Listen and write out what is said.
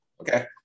okay